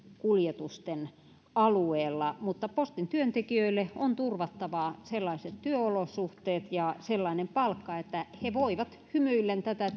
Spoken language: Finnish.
kuljetusten alueella mutta postin työntekijöille on turvattava sellaiset työolosuhteet ja sellainen palkka että he voivat hymyillen tätä